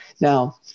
Now